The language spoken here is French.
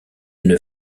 une